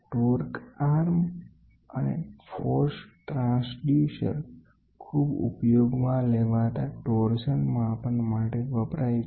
torque arm અને force transducer ખૂબ ઉપયોગમાં લેવાતા ટોરસં માપન માટે વપરાય છે